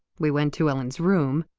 we went to ellen's room,